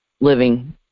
living